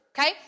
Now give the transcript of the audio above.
okay